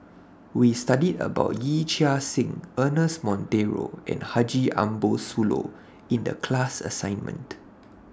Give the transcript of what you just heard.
We studied about Yee Chia Hsing Ernest Monteiro and Haji Ambo Sooloh in The class assignment